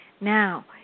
Now